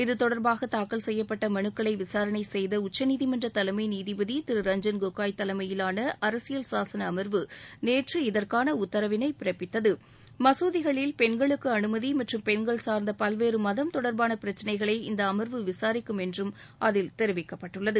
இது தொடர்பாக தாக்கல் செய்யப்பட்ட மனுக்களை விசாரணை செய்த உச்சநீதிமன்ற தலைமை நீதிபதி திரு ரஞ்ஜன் கோகோய் தலைமையிலான அரசியல் சாசன அம்வு நேற்று இதற்கான உத்தரவினை பிறப்பித்தது மசூதிகளில் பெண்களுக்கு அனுமதி மற்றும் பெண்கள் சார்ந்த பல்வேறு மதம் தொடர்பான பிரச்சினைகளை இந்த அமர்வு விசாரிக்கும் என்றும் அதில் தெரிவிக்கப்பட்டுள்ளது